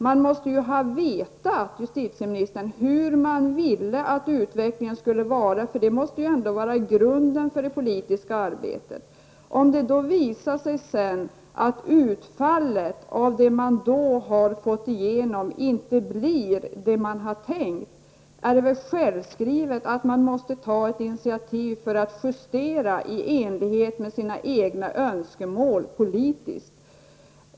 Man måste ju ha vetat, justitieministern, hur man ville att utvecklingen skulle bli. Det måste ju ändå vara grunden för det politiska arbetet. Om det sedan visar sig att utfallet av det man har fått igenom inte blir vad man hade tänkt, är det väl självskrivet att man måste ta ett initiativ för att justera i enlighet med sina egna önskemål politiskt.